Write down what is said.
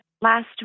last